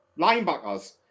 linebackers